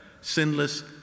sinless